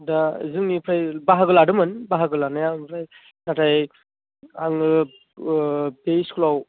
दा जोंनिफ्राय बाहागो लादोंमोन बाहागो लानाया ओमफ्राय नाथाइ आङो बे स्कुलाव